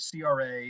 CRA